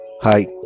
Hi